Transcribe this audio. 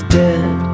dead